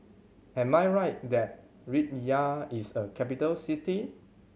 am I right that Riyadh is a capital city